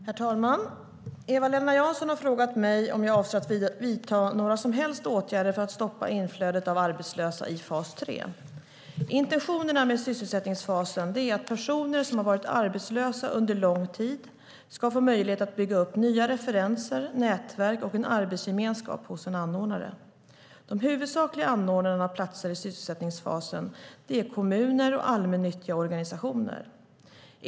Herr talman! Eva-Lena Jansson har frågat mig om jag avser att vidta några som helst åtgärder för att stoppa inflödet av arbetslösa i fas 3. Intentionerna med sysselsättningsfasen är att personer som har varit arbetslösa under lång tid ska få möjlighet att bygga upp nya referenser, nätverk och en arbetsgemenskap hos en anordnare. De huvudsakliga anordnarna av platser i sysselsättningsfasen är kommuner och allmännyttiga organisationer.